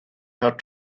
her